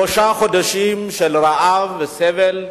שלושה חודשים של רעב וסבל,